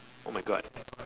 oh my god